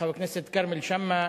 חבר הכנסת כרמל שאמה,